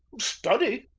study!